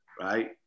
right